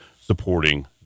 supporting